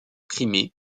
crimée